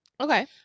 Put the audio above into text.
Okay